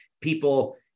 people